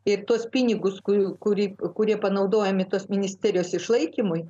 ir tuos pinigus kurių kurį kurie panaudojami tos ministerijos išlaikymui